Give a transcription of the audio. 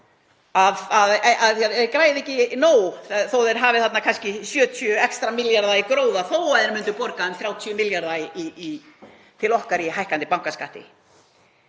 að þeir græði ekki nóg þó að þeir hafi þarna kannski 70 extra milljarða í gróða og þótt þeir myndu borga um 30 milljarða til okkar með hækkandi bankaskatti.